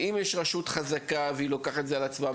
אם יש רשות חזקה והיא לוקחת את זה על עצמה,